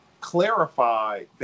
clarify